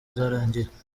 zarangiye